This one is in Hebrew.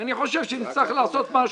ואני חושב שנצטרך לעשות משהו.